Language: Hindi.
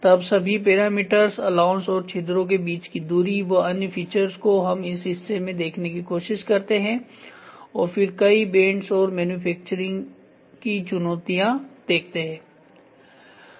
तब सभी पैरामीटर अलाउंस और छिद्रों के बीच की दूरी व अन्य फीचर्स को हम इस हिस्से में देखने की कोशिश करते हैं और फिर कई बेंड्स और मैन्युफैक्चरिंग की चुनौतियां देखते है